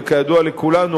וכידוע לכולנו,